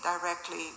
directly